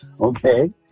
okay